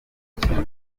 gukina